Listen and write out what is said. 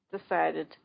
Decided